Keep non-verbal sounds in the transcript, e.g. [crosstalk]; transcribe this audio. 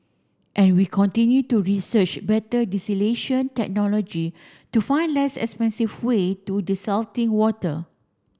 and we continue to research better [unintelligible] technology to find less expensive way to desalting water